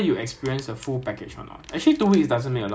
but the biggest difference 我觉得是 like